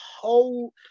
whole